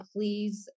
please